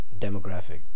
demographic